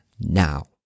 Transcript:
now